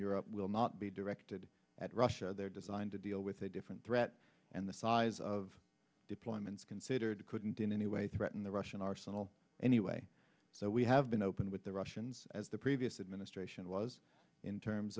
europe will not be directed at russia they're designed to deal with a different threat and the size of deployments considered couldn't in any way threaten the russian arsenal anyway so we have been open with the russians as the previous administration was in terms